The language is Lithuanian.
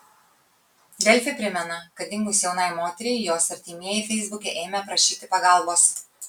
delfi primena kad dingus jaunai moteriai jos artimieji feisbuke ėmė prašyti pagalbos